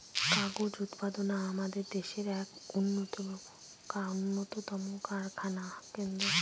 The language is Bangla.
কাগজ উৎপাদনা আমাদের দেশের এক উন্নতম কারখানা কেন্দ্র